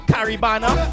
Caribana